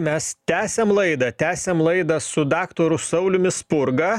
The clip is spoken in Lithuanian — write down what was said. mes tęsiam laidą tęsiam laidą su daktaru sauliumi spurga